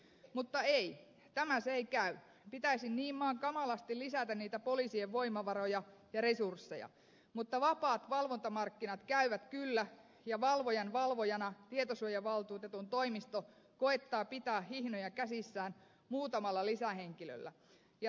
mutta ei tämä se ei käy pitäisi niin maan kamalasti lisätä niitä poliisien voimavaroja ja resursseja mutta vapaat valvontamarkkinat käyvät kyllä ja valvojan valvojana tietosuojavaltuutetun toimisto koettaa pitää hihnoja käsissään muutamalla lisähenkilöllä ja toimii